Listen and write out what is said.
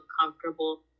comfortable